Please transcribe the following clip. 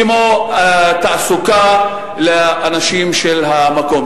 כמו תעסוקה לאנשים של המקום.